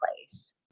place